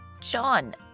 John